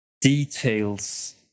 details